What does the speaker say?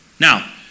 Now